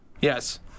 Yes